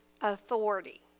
authority